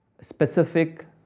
specific